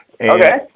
Okay